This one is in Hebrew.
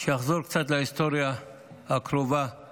שיחזור קצת להיסטוריה הקרובה של